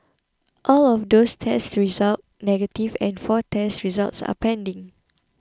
all of those test result negative and four test results are pending